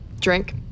Drink